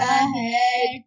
ahead